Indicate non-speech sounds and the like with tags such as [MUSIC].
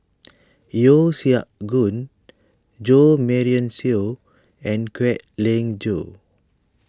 [NOISE] Yeo Siak Goon Jo Marion Seow and Kwek Leng Joo